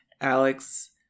Alex